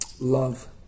love